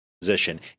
position